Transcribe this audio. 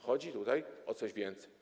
Chodzi tutaj o coś więcej.